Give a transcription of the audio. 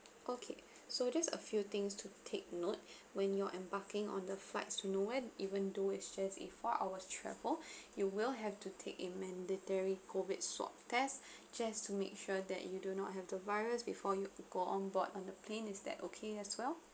okay so just a few things to take note when you're embarking on the flights to nowhere even though it's just a four hours travel you will have to take a mandatory COVID swab test just to make sure that you do not have the virus before you go on board on the plane is that okay as well